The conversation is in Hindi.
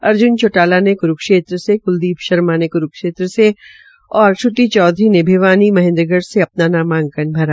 अर्ज्न चौटाला ने क्रूक्षेत्र क्लदीप शर्मा ने करनाल से और श्रुति चौधरी ने भिवानी महेन्द्रगढ़ से अपना नामांकन भरा